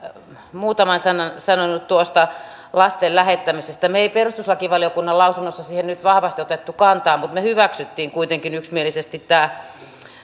muutaman sanan sanonut tuosta lasten lähettämisestä me emme perustuslakivaliokunnan lausunnossa siihen nyt vahvasti ottaneet kantaa mutta me hyväksyimme kuitenkin yksimielisesti tämän